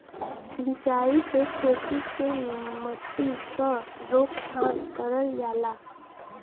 सिंचाई से खेती के मट्टी क रोकथाम करल जाला